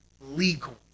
legal